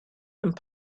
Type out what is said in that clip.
and